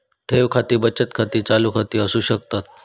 ठेव खाती बचत खाती, चालू खाती असू शकतत